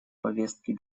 повестки